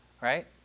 right